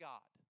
God